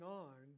on